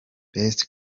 best